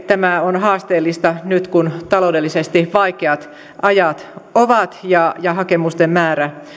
tämä on haasteellista varsinkin nyt kun on taloudellisesti vaikeat ajat ja ja hakemusten määrä